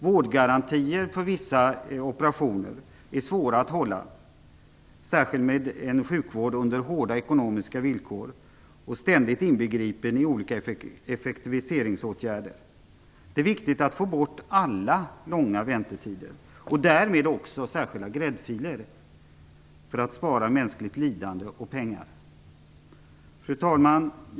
Vårdgarantier för vissa operationer är svåra att hålla, särskilt med en sjukvård under hårda ekonomiska villkor och ständigt inbegripen i olika effektiviseringsåtgärder. Det är viktigt att få bort alla långa väntetider - och därmed också särskilda "gräddfiler" - för att spara mänskligt lidande och pengar. Fru talman!